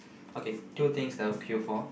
okay two things that I'll queue for